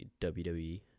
WWE